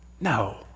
No